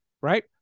right